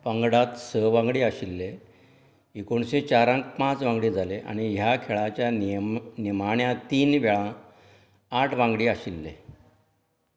पंगडाक स वांगडी आशिल्ले एकुणशें चारांत पांच वांगडी जाले आनी ह्या खेळाच्या नियमा निमाण्या तीन वेळा आठ वांगडी आशिल्ले